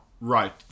Right